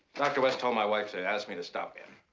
dr. west told my wife so to ask me to stop here.